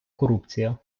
корупція